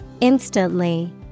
Instantly